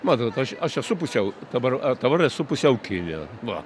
matot aš aš esu pusiau dabar dabar esu pusiau kine va